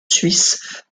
suisses